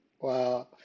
Wow